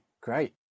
Great